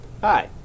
Hi